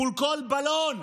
מול כל בלון,